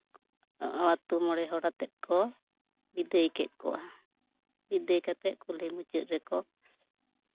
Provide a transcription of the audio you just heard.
ᱟᱛᱳ ᱢᱚᱬᱮ ᱦᱚᱲ ᱟᱛᱮᱜ ᱵᱤᱫᱟᱹᱭ ᱠᱮᱜ ᱠᱚᱣᱟ ᱵᱤᱫᱟᱹᱭ ᱠᱟᱛᱮᱜ ᱠᱩᱞᱦᱤ ᱢᱩᱪᱟᱹᱫ ᱨᱮᱠᱚ